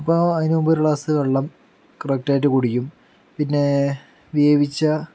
അപ്പോൾ അതിനുമുമ്പ് ഒരു ഗ്ലാസ് വെള്ളം കറക്ടായിട്ട് കുടിക്കും പിന്നെ വേവിച്ച